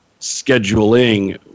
scheduling